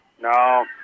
No